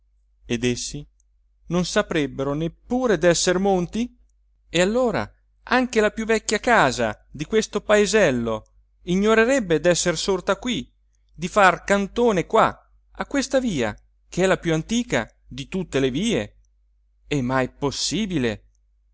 essi non saprebbero neppure d'esser monti e allora anche la più vecchia casa di questo paesello ignorerebbe d'esser sorta qui di far cantone qua a questa via che è la più antica di tutte le vie è mai possibile